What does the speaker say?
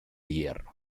hierro